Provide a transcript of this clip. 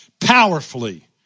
powerfully